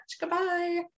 Goodbye